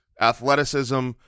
athleticism